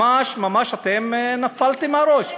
אתם ממש ממש נפלתם על הראש.